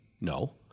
No